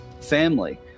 family